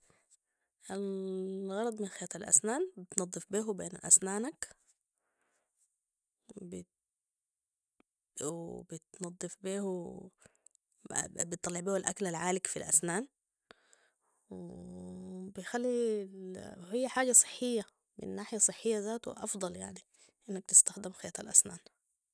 الغرض من خياط الأسنان بتنضف بيهو بين أسنانك وبتنضف بيهو- بتطلع بيو الأكل العالق في الأسنان بخلي- هي حاجة صحية من ناحية صحية ذاتو أفضل يعني انك تستخدم خياط الأسنان